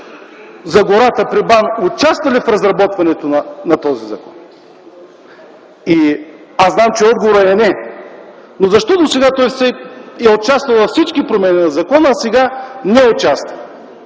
за гората при БАН участва ли в разработването на този законопроект? Аз знам, че отговорът е: не. Но защо досега той е участвал във всички промени на закона, а сега не участва?